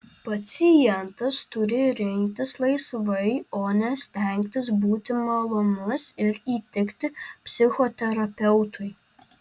pacientas turi rinktis laisvai o ne stengtis būti malonus ir įtikti psichoterapeutui